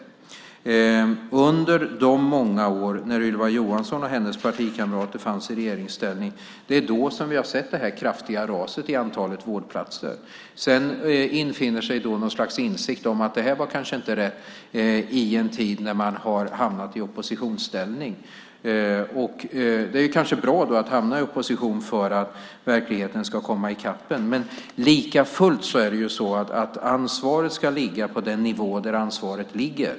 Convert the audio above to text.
Det är under de många år när Ylva Johansson och hennes partikamrater fanns i regeringsställning som vi har sett det kraftiga raset i antalet vårdplatser. Sedan infinner sig i en tid när man har hamnat i oppositionsställning något slags insikt om att det här kanske inte var rätt. Det är kanske bra att hamna i opposition för att verkligheten ska komma i kapp en. Men likafullt är det så att ansvaret ska ligga på den nivå där ansvaret ligger.